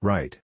Right